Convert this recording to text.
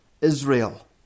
Israel